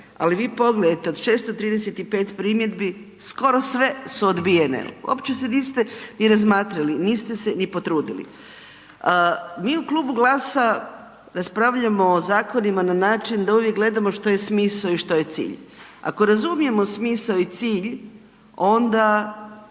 Ali vi pogledajte, od 635 primjedbi, skoro sve su odbijene, uopće se niste ni razmatrali, niste se ni potrudili. Mi u Klubu GLAS-a raspravljamo o zakonima na način da uvijek gledamo što je smisao i što je cilj. Ako razumijemo smisao i cilj onda